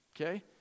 okay